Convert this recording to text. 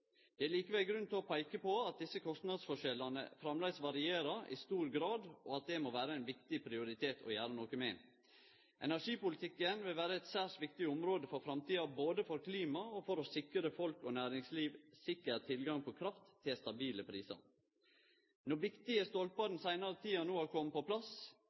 Det er likevel grunn til å peike på at desse kostnadsforskjellane framleis varierer i stor grad, og at dette må vere ein viktig prioritet å gjere noko med. Energipolitikken vil vere eit særs viktig område for framtida, både for klimaet og for å sikre folk og næringsliv sikker tilgang på kraft til stabile prisar. Når viktige stolpar i den seinare tida no har kome på plass,